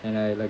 and I like